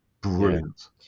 brilliant